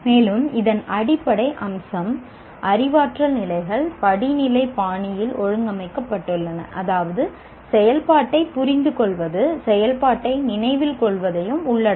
மேலும் இதன் அடிப்படை அம்சம் அறிவாற்றல் நிலைகள் படிநிலை பாணியில் ஒழுங்கமைக்கப்பட்டுள்ளன அதாவது செயல்பாட்டைப் புரிந்துகொள்வது செயல்பாட்டை நினைவில் கொள்வதையும் உள்ளடக்கும்